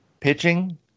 Pitching